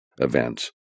events